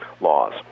laws